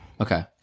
Okay